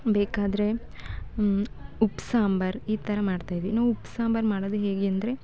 ಬೇಕಾದರೆ ಉಪ್ಪು ಸಾಂಬಾರ್ ಈ ಥರ ಮಾಡ್ತಾಯಿದ್ವಿ ನಾವು ಉಪ್ಪು ಸಾಂಬಾರು ಮಾಡೋದು ಹೇಗೆ ಅಂದರೆ